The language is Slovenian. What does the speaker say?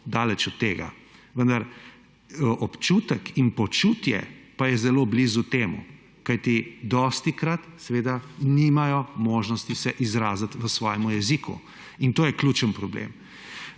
Daleč od tega. Vendar občutek in počutje pa je zelo blizu tem, kajti dostikrat nimajo možnosti se izraziti v svojem jeziku. In to je ključni problem.